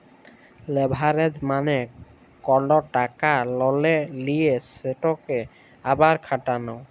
leverage মালে কল টাকা ললে লিঁয়ে সেটকে আবার খাটালো